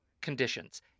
conditions